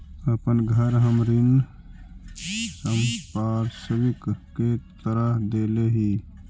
अपन घर हम ऋण संपार्श्विक के तरह देले ही